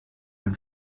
ein